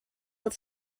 will